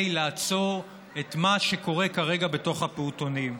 לעצור את מה שקורה כרגע בתוך הפעוטונים.